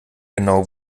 genau